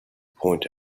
point